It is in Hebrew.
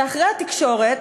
אחרי התקשורת,